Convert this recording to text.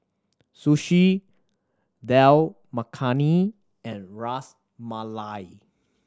Sushi Dal Makhani and Ras Malai